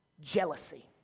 jealousy